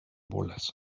bolas